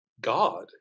God